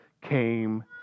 came